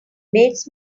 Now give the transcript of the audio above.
makes